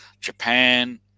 Japan